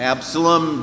Absalom